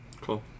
Cool